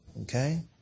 Okay